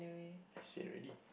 I said already